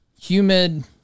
humid